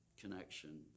connection